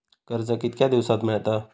कर्ज कितक्या दिवसात मेळता?